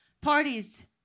parties